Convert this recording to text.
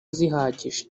zihagije